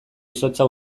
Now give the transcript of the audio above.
izotza